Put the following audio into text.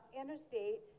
interstate